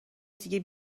دیگه